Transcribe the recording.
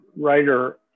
writer